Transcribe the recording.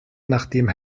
nachdem